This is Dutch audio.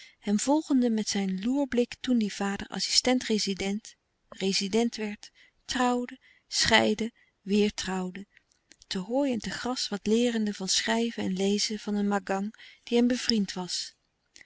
hem volgende met zijn loerblik toen die vader assistent-rezident rezident werd trouwde scheidde weêr trouwde te hooi en te gras wat leerende van schrijven en lezen van een magang die hem bevriend was